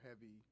heavy